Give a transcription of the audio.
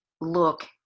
look